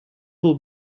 был